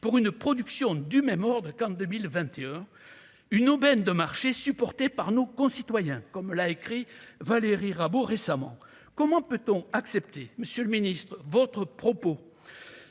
pour une production du même ordre qu'en 2021, une aubaine de marché supporté par nos concitoyens comme l'a écrit Valérie Rabault récemment, comment peut-on accepter, Monsieur le Ministre votre propos